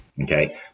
Okay